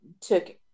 took